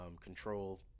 control